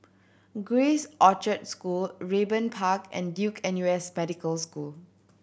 Grace Orchard School Raeburn Park and Duke N U S Medical School